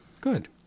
Good